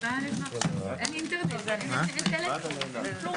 ננעלה בשעה